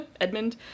Edmund